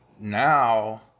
Now